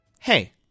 Hey